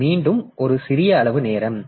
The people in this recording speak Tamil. இது மீண்டும் ஒரு சிறிய அளவு நேரம்